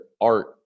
art